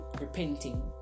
repenting